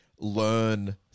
learn